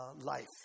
life